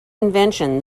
invention